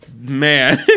Man